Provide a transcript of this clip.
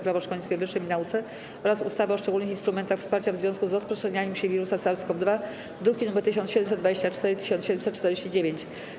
Prawo o szkolnictwie wyższym i nauce oraz ustawy o szczególnych instrumentach wsparcia w związku z rozprzestrzenianiem się wirusa SARS-CoV-2 (druki nr 1724 i 1749)